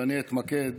ואני אתמקד